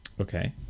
Okay